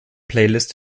playlist